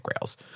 rails